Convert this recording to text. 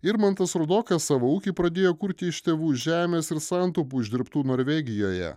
irmantas rudokas savo ūkį pradėjo kurti iš tėvų žemės ir santaupų uždirbtų norvegijoje